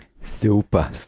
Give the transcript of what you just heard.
Super